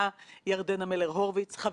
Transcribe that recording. שבאמת מה אפשר להגיד אחרי הסיכום של איתן,